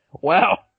Wow